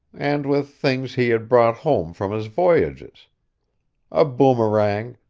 and with things he had brought home from his voyages a boomerang,